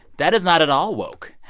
that is not at all woke.